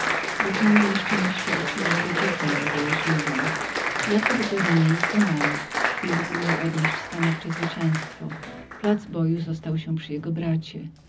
doznane nieszczęścia uczyniły go dzikim i bojaźliwym jakób bernouilly umarł w chwili gdy miał odnieść stanowcze zwycięztwo i plac boju został się przy jego bracie